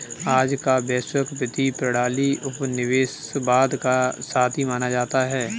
आज का वैश्विक वित्तीय प्रणाली उपनिवेशवाद का साथी माना जाता है